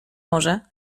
może